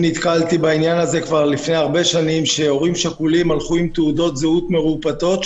נתקלתי כבר לפני הרבה שנים בהורים שכולים שהלכו עם תעודות זהות מרופטות,